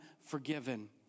forgiven